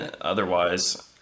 Otherwise